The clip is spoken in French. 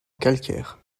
calcaire